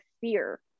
fear